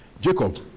Jacob